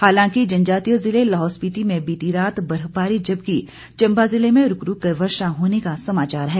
हालांकि जनजातीय जिले लाहौल स्पीति में बीती रात बर्फबारी जबकि चंबा में रूक रूक कर वर्षा होने का समाचार है